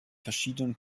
verschiedenen